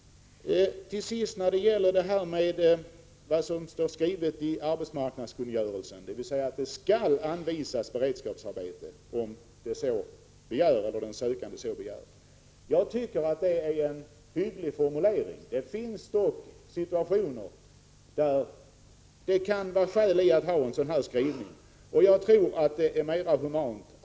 Till sist när det gäller vad som står i arbetsmarknadskungörelsen — dvs. att det skall anvisas beredskapsarbeten, om sökanden så begär. Jag tycker att det är en hygglig formulering. I vissa situationer finns det ju dock skäl att ha en skrivning av det slaget. Jag tror att det är mera humant.